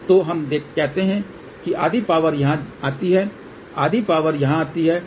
तो हम कहते हैं कि आधी पावर यहाँ आती है आधी पावर यहाँ आती है